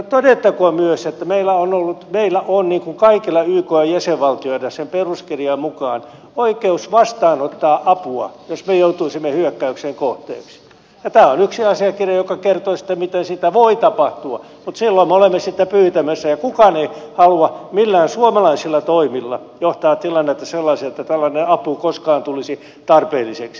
mutta todettakoon myös että meillä on niin kuin kaikilla ykn jäsenvaltioilla sen peruskirjan mukaan oikeus vastaanottaa apua jos me joutuisimme hyökkäyksen kohteeksi ja tämä on yksi asiakirja joka kertoo miten se voi tapahtua mutta silloin me olemme sitä pyytämässä ja kukaan ei halua millään suomalaisilla toimilla johtaa tilannetta sellaiseen että tällainen apu koskaan tulisi tarpeelliseksi